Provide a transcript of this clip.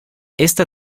esta